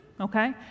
okay